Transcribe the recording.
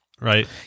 right